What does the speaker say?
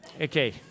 okay